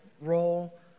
role